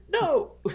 No